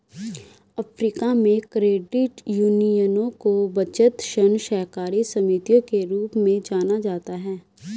Africa में, credit यूनियनों को बचत, ऋण सहकारी समितियों के रूप में जाना जाता है